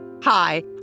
Hi